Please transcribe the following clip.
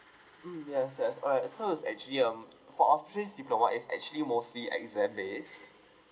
mm yes yes alright so it's actually um for our specialist diploma it's actually mostly exam based